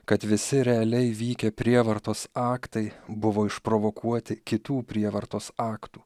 kad visi realiai vykę prievartos aktai buvo išprovokuoti kitų prievartos aktų